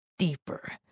Deeper